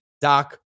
Doc